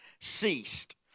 ceased